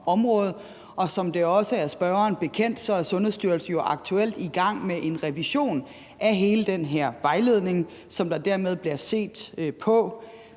området. Og som det også er spørgeren bekendt, er Sundhedsstyrelsen jo aktuelt i gang med en revision af hele den her vejledning, som der dermed bliver set på.